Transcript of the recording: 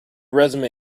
resume